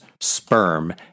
sperm